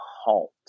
halt